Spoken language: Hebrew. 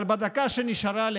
אבל בדקה שנשארה לי,